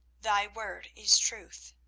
thy word is truth.